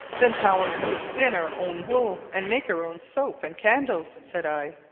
then how are we to spin our own wool and make our own soap and candles? said i.